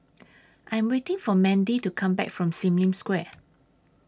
I Am waiting For Mandi to Come Back from SIM Lim Square